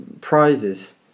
prizes